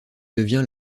devient